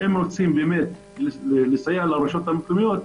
אם רוצים לסייע לרשויות המקומיות,